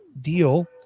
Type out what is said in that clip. deal